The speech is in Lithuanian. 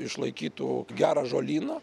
išlaikytų gerą žolyną